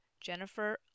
Jennifer